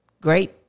Great